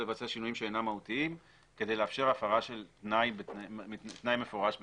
לבצע שינויים שאינם מהותיים כדי לאפשר הפרה של תנאי מפורש בתנאים.